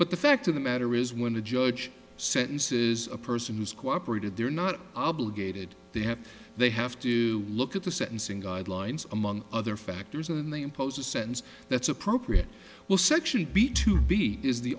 but the fact of the matter is when the judge sentences a person who's cooperated they're not obligated they have they have to look at the sentencing guidelines among other factors and they impose a sentence that's appropriate well section b to b is the